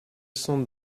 sont